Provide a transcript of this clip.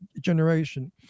generation